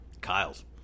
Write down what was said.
Kyle's